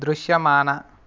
దృశ్యమాన